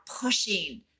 pushing